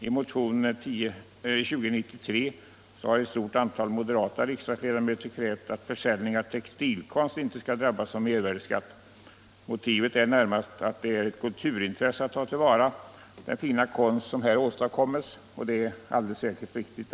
I motion 2093 har ett stort antal moderata riksdagsledamöter krävt att försäljning av textilkonst inte skall drabbas av mervärdeskatt. Motivet är närmast att det är ett kulturintresse att ta till vara den fina konst som åstadkommes, och det är alldeles säkert riktigt.